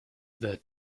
their